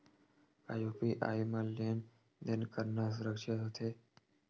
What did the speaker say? का यू.पी.आई म लेन देन करना सुरक्षित होथे?